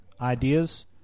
ideas